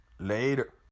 Later